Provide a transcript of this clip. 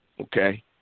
okay